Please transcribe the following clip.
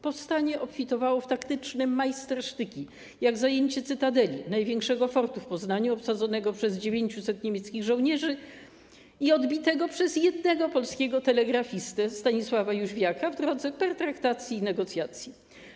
Powstanie obfitowało w taktyczne majstersztyki, jak zajęcie Cytadeli, największego fortu w Poznaniu obsadzonego przez 900 niemieckich żołnierzy i odbitego przez jednego polskiego telegrafistę, Stanisława Jóźwiaka, w drodze pertraktacji i negocjacji.